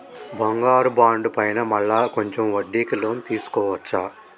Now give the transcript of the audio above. బంగారు బాండు పైన మళ్ళా కొంచెం వడ్డీకి లోన్ తీసుకోవచ్చా?